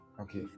Okay